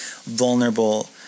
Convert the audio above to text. vulnerable